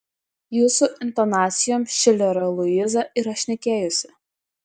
jūsų intonacijom šilerio luiza yra šnekėjusi